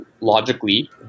logically